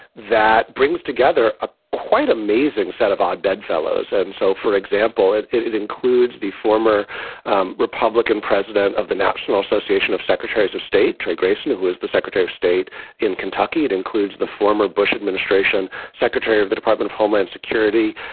that brings together a quite amazing set of odd bedfellows. and so, for example, it it includes the former republican president of the national association of secretaries of state, trey grayson, who is the secretary of state in kentucky. it includes the former bush administration, secretary of the department of homeland security,